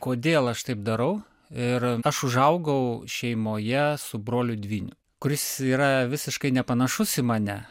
kodėl aš taip darau ir aš užaugau šeimoje su broliu dvyniu kuris yra visiškai nepanašus į mane